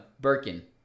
Birkin